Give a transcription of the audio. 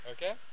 Okay